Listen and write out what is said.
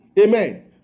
Amen